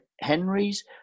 Henry's